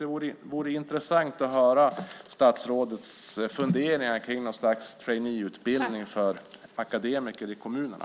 Det vore intressant att höra statsrådets funderingar kring något slags traineeutbildning för akademiker i kommunerna.